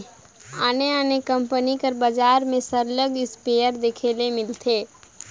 आने आने कंपनी कर बजार में सरलग इस्पेयर देखे ले मिलथे